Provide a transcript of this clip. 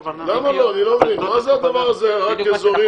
למה לא, אני לא מבין, מה זה הדבר הזה רק אזורי.